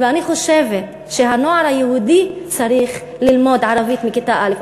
ואני חושבת שהנוער היהודי צריך ללמוד ערבית מכיתה א'.